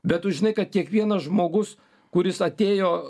bet tu žinai kad kiekvienas žmogus kuris atėjo